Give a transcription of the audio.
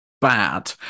bad